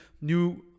new